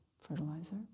fertilizer